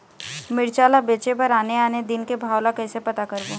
मिरचा ला बेचे बर आने आने दिन के भाव ला कइसे पता करबो?